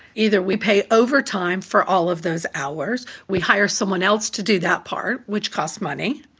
either we pay overtime for all of those hours, we hire someone else to do that part, which costs money,